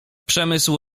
przemysł